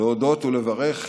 להודות ולברך